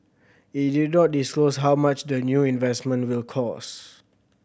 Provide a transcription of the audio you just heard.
it did not disclose how much the new investment will cost